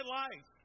life